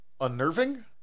unnerving